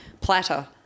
platter